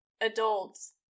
adults